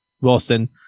Wilson